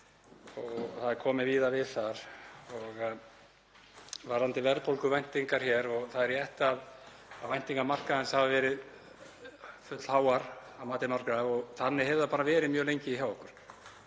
og það er komið víða við þar. Varðandi verðbólguvæntingar þá er það rétt að væntingar markaðarins hafa verið fullháar að mati margra og þannig hefur það verið mjög lengi hjá okkur.